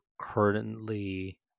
currently